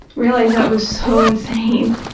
realize that was so insane.